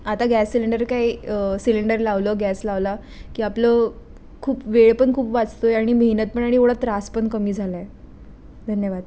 आता gas cylinder काही cylinder लावलं गॅस लावला की आपलं खूप वेळ पण खूप वाचतो आहे आणि मेहनत पण आणि एवढा त्रास पण कमी झाला आहे धन्यवाद